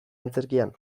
antzerkian